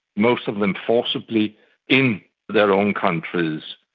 most of them forcibly in their own countries.